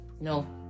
No